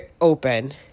open